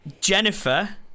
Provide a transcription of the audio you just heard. Jennifer